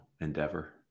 endeavor